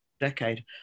decade